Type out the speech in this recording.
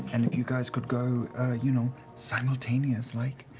and if you guys could go you know simultaneous, like.